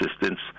assistance